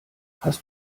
hast